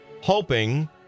Hoping